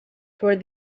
toward